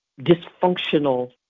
dysfunctional